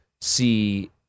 see